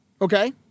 Okay